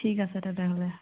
ঠিক আছে তেনেহ'লে